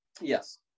Yes